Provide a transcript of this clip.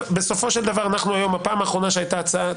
בפעם האחרונה שהיתה הצעה,